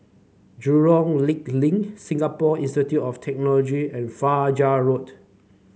Jurong Lake Link Singapore Institute of Technology and Fajar Road